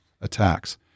attacks